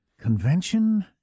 convention